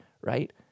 right